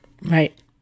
Right